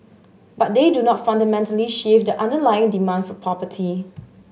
but they do not fundamentally shift the underlying demand for property